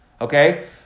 Okay